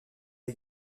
est